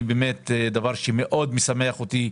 דבר שמאוד משמח אותי,